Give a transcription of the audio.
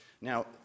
Now